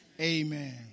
amen